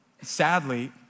Sadly